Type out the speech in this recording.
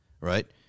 right